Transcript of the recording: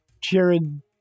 jared